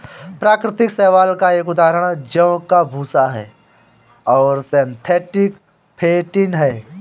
प्राकृतिक शैवाल का एक उदाहरण जौ का भूसा है और सिंथेटिक फेंटिन है